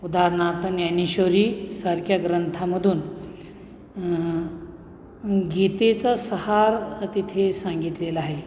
उदाहरणार्थ ज्ञानेश्वरीसारख्या ग्रंथामधून गीतेचं सार तिथे सांगितलेलं आहे